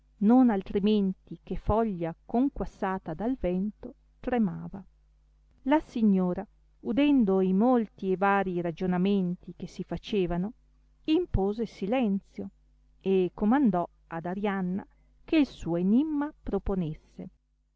non altrimenti che foglia conquassata dal vento tremava la signora udendo i molti e vari ragionamenti che si facevano impose silenzio e comandò ad arianna che il suo enimma proponesse